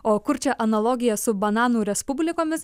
o kur čia analogija su bananų respublikomis